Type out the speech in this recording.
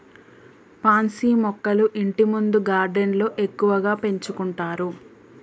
pansy మొక్కలు ఇంటిముందు గార్డెన్లో ఎక్కువగా పెంచుకుంటారు